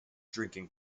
drinking